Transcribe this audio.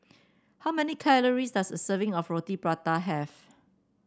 how many calories does a serving of Roti Prata have